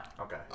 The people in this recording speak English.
Okay